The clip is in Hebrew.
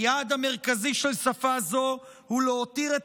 היעד המרכזי של שפה זו הוא להותיר את